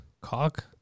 Cock